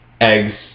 eggs